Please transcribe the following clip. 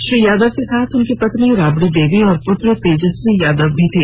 श्री यादव के साथ उनकी पत्नी राबड़ी देवी और प्रत्र तेजस्वी यादव भी थे